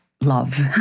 Love